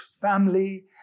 family